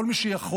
כל מי שיכול,